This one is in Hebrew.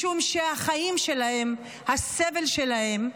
משום שהחיים שלהם, הסבל שלהם,